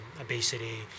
obesity